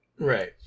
Right